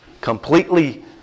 completely